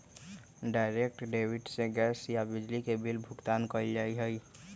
direct debit से gas या बिजली के बिल भुगतान कइल जा हई